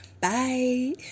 bye